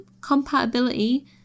compatibility